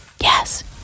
Yes